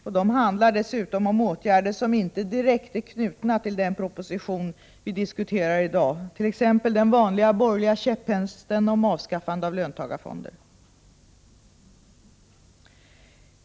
Och de handlar dessutom om åtgärder som inte direkt är knutna till frågor som behandlas den proposition vi diskuterar i dag, t.ex. den vanliga borgerliga käpphästen om avskaffande av löntagarfonderna.